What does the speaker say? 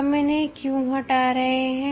हम इन्हें क्यूँ हटा रहे हैं